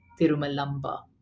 Tirumalamba